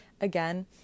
Again